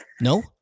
no